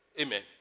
Amen